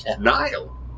Nile